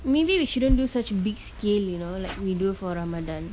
maybe we shouldn't do such a big scale you know like we do for ramadan